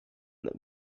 them